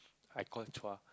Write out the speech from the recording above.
I call Chua